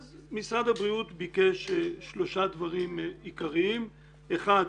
אז משרד הבריאות ביקש שלושה דברים עיקריים כאשר האחד